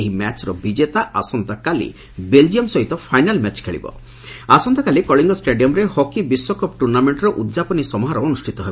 ଏହି ମ୍ୟାଚ୍ର ବିଜେତା ଆସନ୍ତାକାଲି ବେଲ୍ଜିୟମ୍ ସହିତ ଫାଇନାଲ୍ ମ୍ୟାଚ୍ ଖେଳିବ ଆସନ୍ତାକାଲି କଳିଙ୍ଗ ଷାଡିୟମ୍ରେ ହକି ବିଶ୍ୱକପ୍ ଟୁର୍ଣ୍ମେଣ୍ର ଉଦ୍ଯାପନୀ ସମାରୋହ ଅନୁଷିତ ହେବ